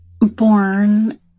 born